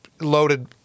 loaded